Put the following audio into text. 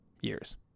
years